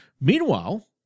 Meanwhile